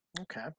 Okay